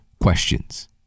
questions